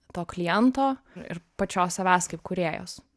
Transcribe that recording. to kliento ir pačios savęs kaip kūrėjos